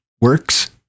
works